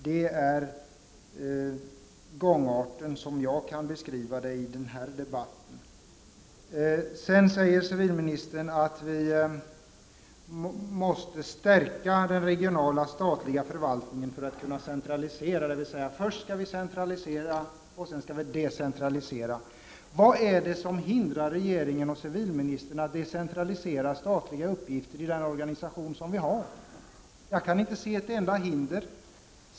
Det är gångarten som jag kan beskriva den i den här debatten. Civilministern säger att vi måste stärka den regionala och statliga förvaltningen för att kunna centralisera. Vi skall alltså först centralisera och därefter decentralisera. Vad hindrar regeringen och civilministern från att decentralisera statliga uppgifter i den organisation som vi redan har? Jag kan inte se ett enda hinder för det.